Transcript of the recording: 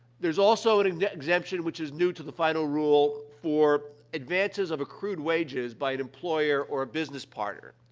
there's also an exemption which is new to the final rule for advances of accrued wages by an employer or a business partner.